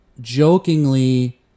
jokingly